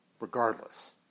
Regardless